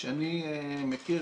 שאני מכיר,